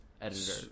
editor